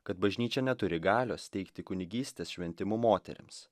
kad bažnyčia neturi galios teikti kunigystės šventimų moterims